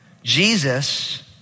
Jesus